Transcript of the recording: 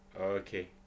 okay